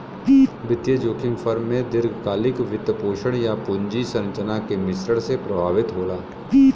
वित्तीय जोखिम फर्म के दीर्घकालिक वित्तपोषण, या पूंजी संरचना के मिश्रण से प्रभावित होला